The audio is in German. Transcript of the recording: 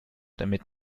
damit